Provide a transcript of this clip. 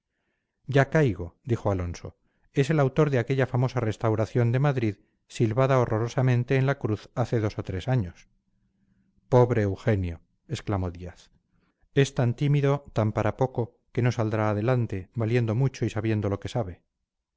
ya caigo dijo alonso es el autor de aquella famosa restauración de madrid silbada horrorosamente en la cruz hace dos o tres años pobre eugenio exclamó díaz es tan tímido tan para poco que no saldrá adelante valiendo mucho y sabiendo lo que sabe